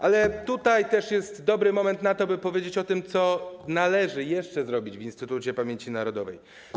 Ale tutaj też jest dobry moment na to, by powiedzieć o tym, co należy jeszcze zrobić w Instytucie Pamięci Narodowej.